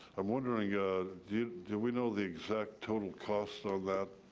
i'm wondering ah do do we know the exact total cost on that?